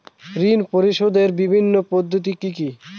ঋণ পরিশোধের বিভিন্ন পদ্ধতি কি কি?